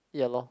ya lor